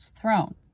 throne